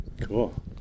Cool